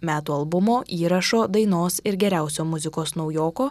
metų albumo įrašo dainos ir geriausio muzikos naujoko